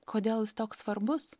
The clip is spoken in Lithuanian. kodėl jis toks svarbus